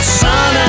sun